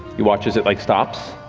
you watch as it like stops